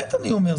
באמת אני אומר,